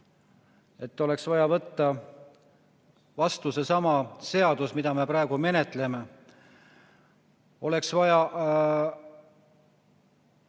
Oleks vaja võtta vastu seesama seadus, mida me praegu menetleme. Oleks vaja